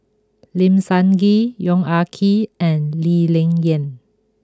Lim Sun Gee Yong Ah Kee and Lee Ling Yen